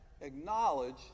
acknowledge